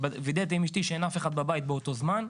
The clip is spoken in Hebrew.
וידאתי עם אשתי שאין אף אחד בבית באותו הזמן.